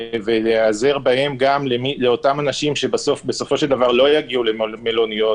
ולהיעזר בהם גם לגבי אותם אנשים שבסופו של דבר לא יגיעו למלוניות.